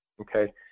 Okay